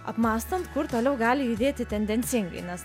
apmąstant kur toliau gali judėti tendencingai nes